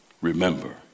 Remember